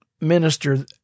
minister